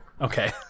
Okay